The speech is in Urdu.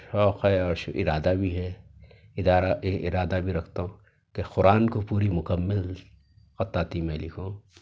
شوق ہے اور ارادہ بھی ہے ادارہ ارادہ بھی رکھتا ہوں کہ قرآن کو پوری مکمل خطاطی میں لکھوں